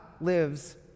lives